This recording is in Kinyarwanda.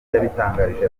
yabitangarije